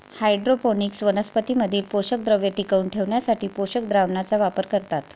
hydroponics वनस्पतीं मधील पोषकद्रव्ये टिकवून ठेवण्यासाठी पोषक द्रावणाचा वापर करतात